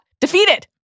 defeated